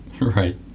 right